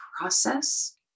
process